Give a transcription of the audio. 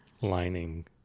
lining